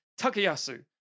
Takayasu